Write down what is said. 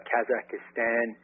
Kazakhstan